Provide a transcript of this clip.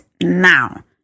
now